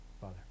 Father